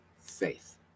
faith